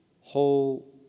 whole